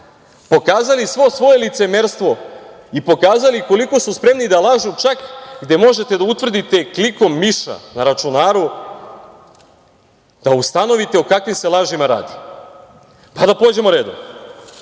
pokazali svo svoje licemerstvo i pokazali koliko su spremni da lažu čak, gde možete da utvrdite klikom miša na računaru da ustanovite o kakvim se lažima radi, pa da pođemo